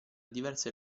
diverse